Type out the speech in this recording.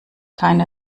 keine